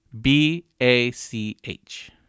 B-A-C-H